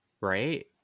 right